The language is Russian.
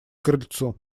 крыльцу